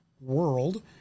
world